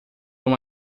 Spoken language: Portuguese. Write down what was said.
uma